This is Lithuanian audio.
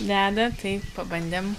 veda tai pabandėm